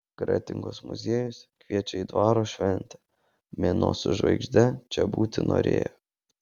kretingos muziejus kviečia į dvaro šventę mėnuo su žvaigžde čia būti norėjo